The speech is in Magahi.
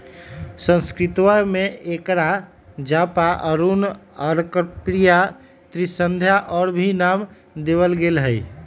संस्कृतवा में एकरा जपा, अरुण, अर्कप्रिया, त्रिसंध्या और भी नाम देवल गैले है